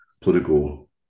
political